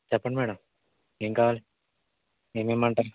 చెప్పండి మేడం ఏం కావాలి ఏమి ఇవ్వమంటారు